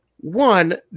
One